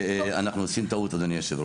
שאנחנו עושים טעות, אדוני היושב-ראש.